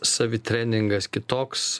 savitreningas kitoks